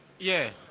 yeah,